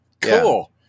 cool